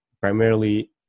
primarily